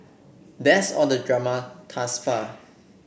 that's all the drama thus far